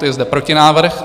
Je zde protinávrh.